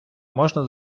можна